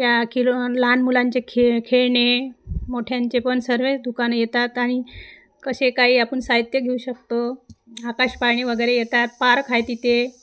या किळ लहान मुलांचे खे खेळणे मोठ्यांचे पण सर्वच दुकानं येतात आणि कसे काही आपण साहित्य घेऊ शकतो आकाश पाळणे वगैरे येतात पार्क आहे तिथे